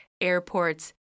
airports